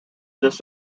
this